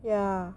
ya